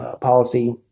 policy